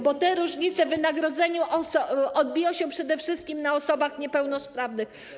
Bo te różnice w wynagrodzeniu odbiją się przede wszystkim na osobach niepełnosprawnych.